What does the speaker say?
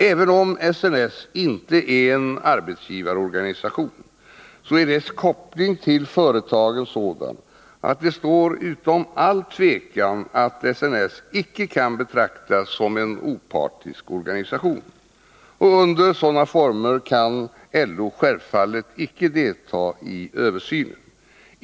Även om SNS inte är en arbetsgivarorganisation, är dess koppling till företagen sådan att det står utom allt tvivel att SNS icke kan betraktas som en opartisk organisation. Under sådana former kan LO självfallet inte delta i översynen.